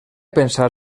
pensar